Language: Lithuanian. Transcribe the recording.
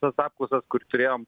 tas apklausas kur turėjom